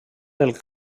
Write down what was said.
del